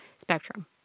Spectrum